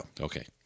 Okay